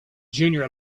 junior